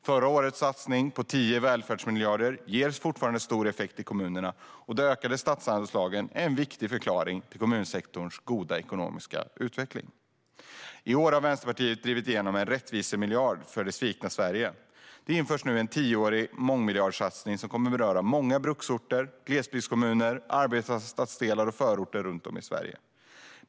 Förra årets satsning på 10 välfärdsmiljarder ger fortfarande stor effekt i kommunerna, och de ökade statsanslagen är en viktig förklaring till kommunsektorns goda ekonomiska utveckling. I år har Vänsterpartiet drivit igenom en rättvisemiljard för det svikna Sverige. Det införs nu en tioårig mångmiljardsatsning som kommer att beröra många bruksorter, glesbygdskommuner, arbetarstadsdelar och förorter runt om i Sverige.